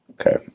Okay